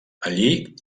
allí